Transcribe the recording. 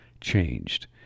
changed